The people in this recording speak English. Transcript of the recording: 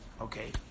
Okay